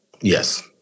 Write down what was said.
Yes